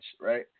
right